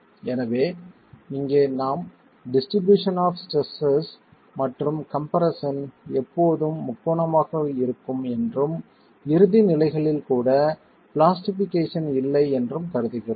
எனவே இங்கே நாம் டிஸ்ட்ரிபியூஷன் ஆப் ஸ்ட்ரெஸ்ஸஸ் மற்றும் கம்ப்ரெஸ்ஸன் எப்போதும் முக்கோணமாக இருக்கும் என்றும் இறுதி நிலைகளில் கூட பிளாஸ்டிஃபிகேஷன் இல்லை என்றும் கருதுகிறோம்